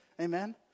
Amen